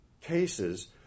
cases